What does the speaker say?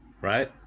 Right